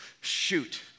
Shoot